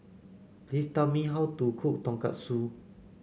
please tell me how to cook Tonkatsu